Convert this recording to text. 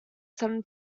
sudden